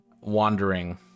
wandering